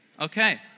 Okay